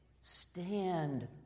stand